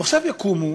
ועכשיו יקומו